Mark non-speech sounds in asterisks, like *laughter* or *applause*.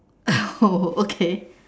*laughs* oh okay